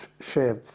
shape